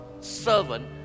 servant